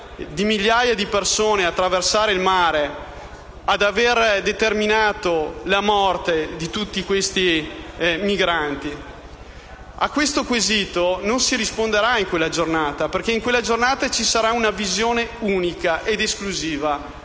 di migliaia di persone ad attraversare il mare e ad aver determinato la morte di tutti i migranti? A tale quesito non si risponderà in quella giornata, perché in essa ci sarà una visione unica ed esclusiva,